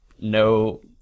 No